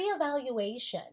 reevaluation